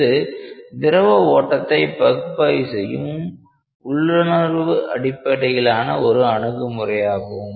இது திரவ ஓட்டத்தை பகுப்பாய்வு செய்யும் உள்ளுணர்வு அடிப்படையிலான ஒரு அணுகுமுறையாகும்